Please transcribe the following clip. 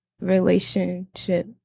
relationship